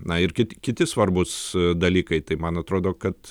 na ir kit kiti svarbūs dalykai tai man atrodo kad